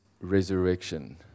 resurrection